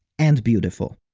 and beautiful.